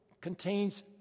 contains